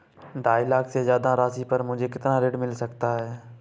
ढाई लाख से ज्यादा राशि पर मुझे कितना ऋण मिल सकता है?